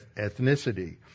ethnicity